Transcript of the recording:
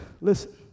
Listen